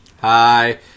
Hi